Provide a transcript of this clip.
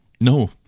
No